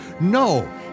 No